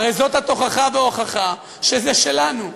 הרי זאת התוכחה וההוכחה שזה שלנו.